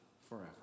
forever